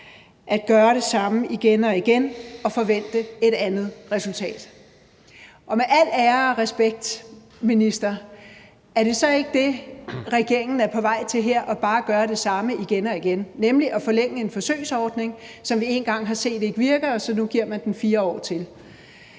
at gøre det samme igen og igen og forvente et andet resultat. Og med al ære og respekt, minister, er det så ikke det, regeringen er på vej til her, altså bare at gøre det samme igen og igen, nemlig at forlænge en forsøgsordning, som vi én gang har set ikke virker, og nu giver man den så 4 år til?